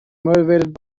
motivated